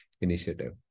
initiative